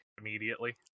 immediately